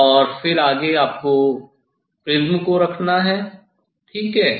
और फिर आगे आपको प्रिज्म को रखना है ठीक है